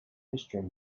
history